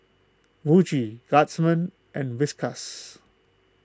Muji Guardsman and Whiskas